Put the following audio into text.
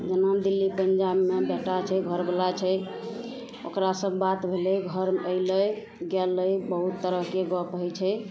जेना दिल्ली पञ्जाबमे बेटा छै घरवला छै ओकरासे बात भेलै घर अएलै गेलै बहुत तरहके गप होइ छै